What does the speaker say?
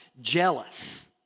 jealous